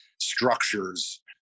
structures